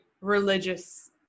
religious